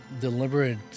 Deliberate